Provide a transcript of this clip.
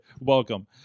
welcome